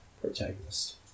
Protagonist